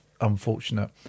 unfortunate